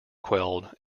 quelled